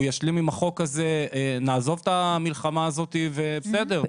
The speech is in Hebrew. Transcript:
הוא ישלים עם החוק הזה ונעזוב את המלחמה הזאת ונלך לפשרה.